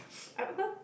I remember